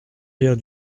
pierre